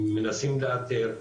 מנסים לאתר,